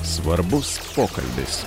svarbus pokalbis